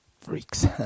freaks